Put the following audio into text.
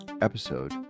episode